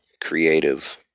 creative